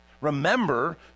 remember